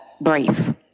brief